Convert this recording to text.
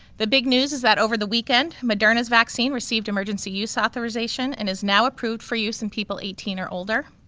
the big news is that over the weekend moderna's vaccine received emergency use authorization and is now approved for use in people eighteen or older.